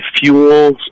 fuels